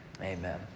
Amen